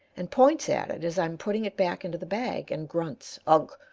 and points at it as i am putting it back into the bag, and grunts, ugh.